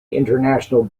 international